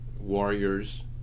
warriors